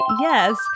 Yes